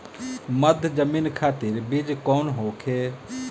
मध्य जमीन खातिर बीज कौन होखे?